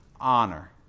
honor